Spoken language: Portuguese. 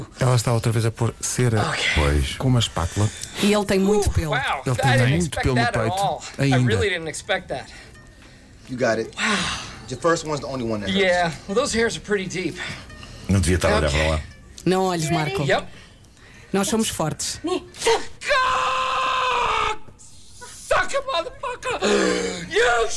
Ela está outra vez a pôr cera, Okay. pois, com uma espátula. E ele tem muito Ooh, pelo. wow, Ele I tem didn't muito expect pelo no that at peito all. I ainda. really didn't expect that. You got it. Wow. The first one's the only one that hurts. Yeah, well, those hairs are pretty deep. Não devia tar a olhar Okay. para lá. Não olhes, Marco. Yep. Nós somos fortes. Suck! Suck it, motherfucker! You-